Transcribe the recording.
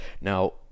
Now